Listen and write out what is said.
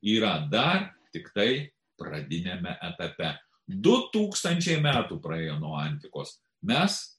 yra dar tiktai pradiniame etape du tūkstančiai metų praėjo nuo antikos mes